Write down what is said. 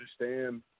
understand